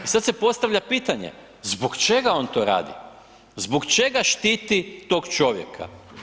I sad se postavlja pitanje, zbog čega on to radi, zbog čega štiti tog čovjeka?